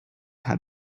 had